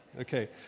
Okay